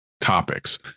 topics